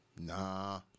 Nah